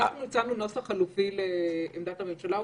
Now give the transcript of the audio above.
אנחנו הצענו נוסח חלופי לעמדת הממשלה.